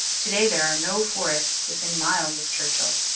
to-day there are no forests within miles of churchill,